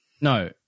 No